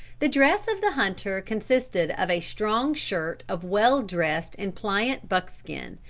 the dress of the hunter consisted of a strong shirt of well-dressed and pliant buckskin,